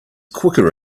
quicker